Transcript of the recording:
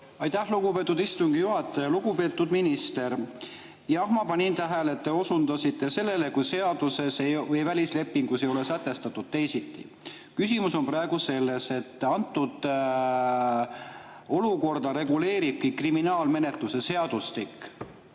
Aitäh, lugupeetud istungi juhataja! Lugupeetud minister! Jah, ma panin tähele, et te osutasite sellele: "kui seaduses või välislepingus ei ole sätestatud teisiti". Küsimus on praegu selles, et antud olukorda reguleeribki kriminaalmenetluse seadustik.